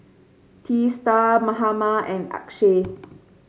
Teesta Mahatma and Akshay